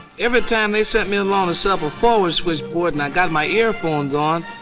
every time they sent me along to sub a forward switch board and i got my earphones on,